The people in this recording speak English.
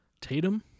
Tatum